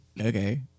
okay